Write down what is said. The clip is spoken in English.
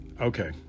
okay